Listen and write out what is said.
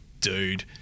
dude